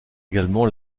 également